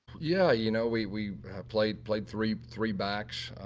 yeah, you know, we we played played three, three backs.